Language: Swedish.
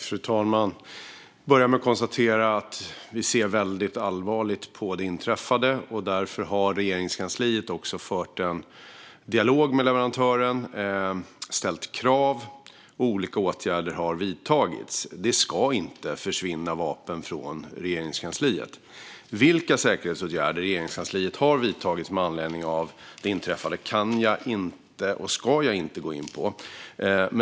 Fru talman! Jag börjar med att konstatera att vi ser det inträffade som väldigt allvarligt. Därför har Regeringskansliet fört en dialog med leverantören och ställt krav, och olika åtgärder har vidtagits. Det ska inte försvinna vapen från Regeringskansliet. Vilka säkerhetsåtgärder Regeringskansliet har vidtagit med anledning av det inträffade kan jag inte och ska jag inte gå in på.